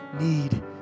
need